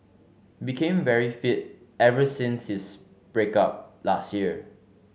became very fit ever since his break up last year